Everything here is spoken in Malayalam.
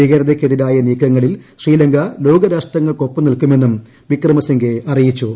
ഭീകരതയ്ക്കെ തിരായ നീക്കങ്ങളിൽ കൃശ്രീലങ്ക ലോകരാഷ്ട്രങ്ങൾക്കൊപ്പം നിൽക്കുമെന്നും വിക്രമസ്സി്റ്റ് അറിയിച്ചു